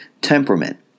temperament